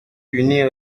punir